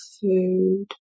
food